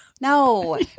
No